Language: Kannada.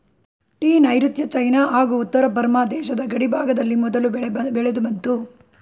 ಟೀ ನೈರುತ್ಯ ಚೈನಾ ಹಾಗೂ ಉತ್ತರ ಬರ್ಮ ದೇಶದ ಗಡಿಭಾಗದಲ್ಲಿ ಮೊದಲು ಬೆಳೆದುಬಂತು